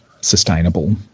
sustainable